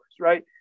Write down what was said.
right